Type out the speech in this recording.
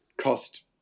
cost